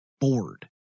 bored